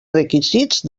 requisits